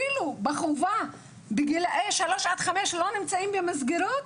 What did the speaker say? אפילו בחובה בגילאי 3-5 לא נמצאים במסגרות?